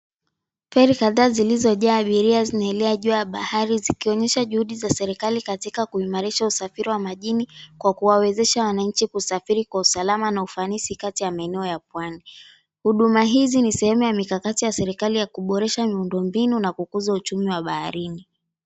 Feri kadhaa zilizojaa abiri, zinaelea juu ya bahari zikionyesha juhudi za serikali katika kuimarisha usafiri wa majini, kwa kuwaezesha wananchi kusafiri kwa usalama na ufanisi kati ya maeneo ya pwani. Huduma hizi ni sehemu ya mikakati ya serekali yakuboresha miundombinu na kukuza uchumi wa baharini.